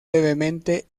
levemente